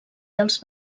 dels